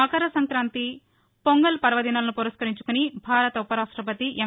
మకర సంక్రాంతి పొంగల్ పర్వదినాలను పురస్కరించుకుని భారత ఉప రాష్టపతి ఎం